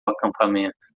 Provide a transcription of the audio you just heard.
acampamento